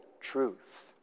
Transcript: truth